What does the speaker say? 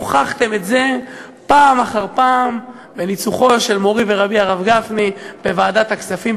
הוכחתם את זה פעם אחר פעם בניצוחו של מורי ורבי הרב גפני בוועדת הכספים.